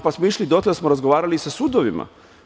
Pa smo išli dotle da smo razgovarali sa sudovima.